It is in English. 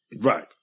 Right